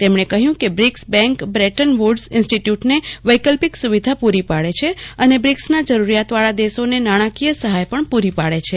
તેમણે કહયૂં કે બ્રિકસ બેન્ક બ્રેટન વડસ ઈન્સ્ટીટયૂટને વૈકલ્પિક સુવિધા પરી પાડ છે અને બ્રિકસના જરૂરીયાતવાળા દેશોને નાણાંકીય સહાય પણ પુરો પાડે છ